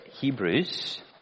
Hebrews